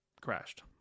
crashed